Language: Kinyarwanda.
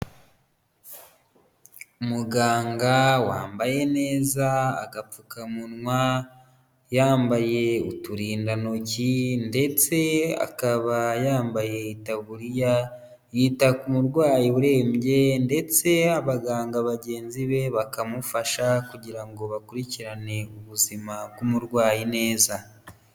Umuganga wambaye neza agapfukamunwa, yambaye uturindantoki ndetse akaba yambaye itaburiya, yita ku murwayi urembye ndetse abaganga bagenzi be bakamufasha kugira ngo bakurikirane ubuzima bw'umurwayi neza.